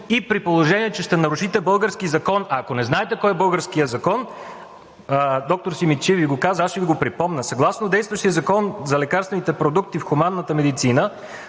и при положение че ще нарушите български закон. Ако не знаете кой е българският закон, доктор Симидчиев Ви го каза, аз ще Ви го припомня. Съгласно действащия Закон за лекарствените продукти в хуманната медицина,